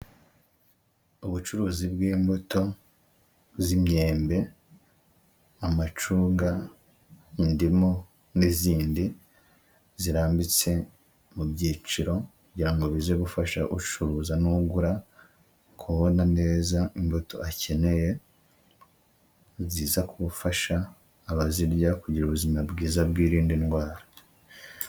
Ubucuruzi bw'imbuto z'imyembe, amacunga, indimu n'izindi zirambitse mu byiciro kugira ngo bize gufasha ucuruza n'ugura kubona neza imbuto akeneye, ni nziza ku gufasha abazirya kugira ubuzima bwiza bwirinda ndwara.